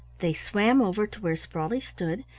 they swam over to where sprawley stood,